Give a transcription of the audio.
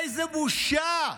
איזו בושה.